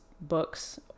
books